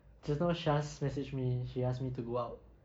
just now syaz message me she ask me to go out